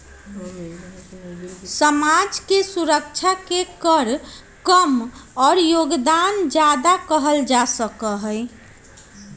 समाज के सुरक्षा के कर कम और योगदान ज्यादा कहा जा सका हई